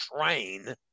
train